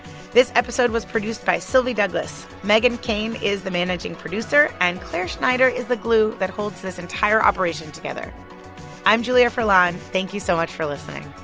this episode was produced by sylvie douglis. meghan keane is the managing producer. and clare schneider is the glue that holds this entire operation together i'm julia furlan. thank you so much for listening